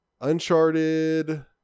Uncharted